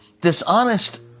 dishonest